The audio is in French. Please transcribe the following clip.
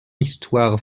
histoire